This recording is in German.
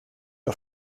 auf